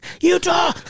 utah